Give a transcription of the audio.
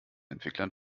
entwickler